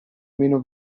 meno